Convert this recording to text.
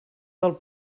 del